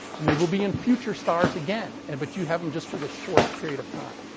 and they will be in future stars again. and but you have them just for this short period of time.